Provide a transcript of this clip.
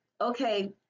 okay